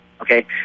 Okay